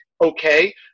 Okay